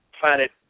planet